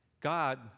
God